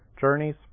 journeys